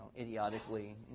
idiotically